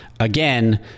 Again